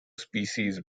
species